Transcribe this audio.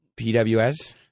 PWS